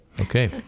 Okay